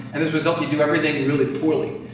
and as a result, you do everything really poorly.